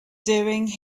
doing